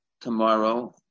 tomorrow